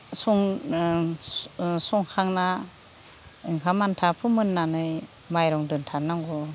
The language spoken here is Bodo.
संना संखांना ओंखाम आन्था फोमोननानै माइरं दोनथारनांगौ